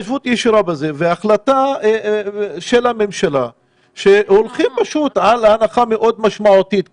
והחלטה של הממשלה שהולכים פשוט על הנחה מאוד משמעותית כאן,